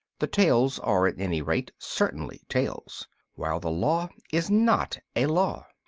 the tales are, at any rate, certainly tales while the law is not a law.